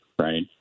right